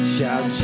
Shout